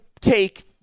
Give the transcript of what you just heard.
take